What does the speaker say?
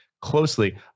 closely